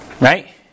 right